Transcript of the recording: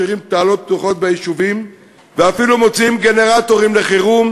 משאירים תעלות פתוחות ביישובים ואפילו מוציאים גנרטורים לחירום,